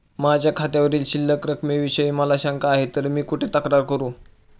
माझ्या खात्यावरील शिल्लक रकमेविषयी मला शंका आहे तर मी कुठे तक्रार करू?